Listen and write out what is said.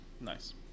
Nice